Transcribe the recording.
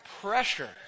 pressure